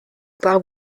par